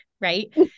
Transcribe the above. right